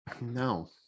no